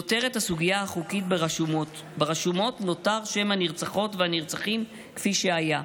נותרת הסוגיה החוקית: ברשומות נותר שם הנרצחות והנרצחים כפי שהיה.